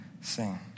sing